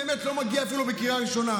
באמת לא היה מגיע אפילו בקריאה הראשונה,